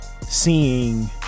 Seeing